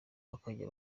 bakajya